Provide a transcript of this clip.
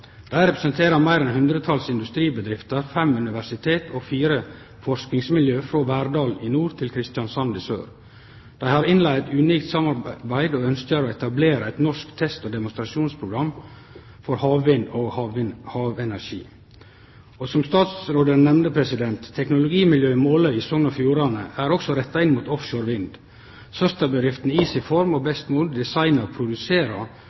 Dei representerer meir enn eit hundretals industribedrifter, fem universitet og fire forskingsmiljø, frå Verdal i nord til Kristiansand i sør. Dei har innleidd eit unikt samarbeid og ønskjer å etablere eit norsk test- og demonstrasjonsprogram for havvind og havenergi. Som statsråden nemnde, er teknologimiljøet i Måløy i Sogn og Fjordane også retta inn mot offshore vind. Søsterbedriftene Easy Form og